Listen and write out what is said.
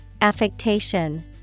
Affectation